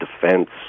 Defense